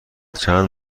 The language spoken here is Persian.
چند